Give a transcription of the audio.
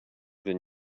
than